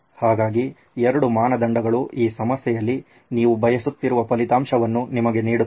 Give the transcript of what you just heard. ಹಾಗಾಗಿ ಎರಡು ಮಾನದಂಡಗಳು ಈ ಸಮಸ್ಯೆಯಲ್ಲಿ ನೀವು ಬಯಸುತ್ತಿರುವ ಫಲಿತಾಂಶವನ್ನು ನಿಮಗೆ ನೀಡುತ್ತದೆ